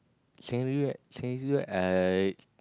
secondary school secondary school I